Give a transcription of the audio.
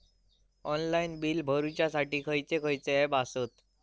Online bill भरुच्यासाठी खयचे खयचे ऍप आसत?